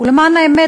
ולמען האמת,